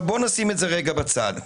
נניח את זה בצד רגע.